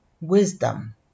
wisdom